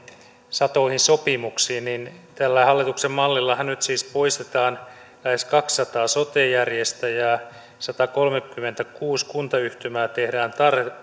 satoihin sopimuksiin tällä hallituksen mallillahan nyt siis poistetaan lähes kaksisataa sote järjestäjää satakolmekymmentäkuusi kuntayhtymää tehdään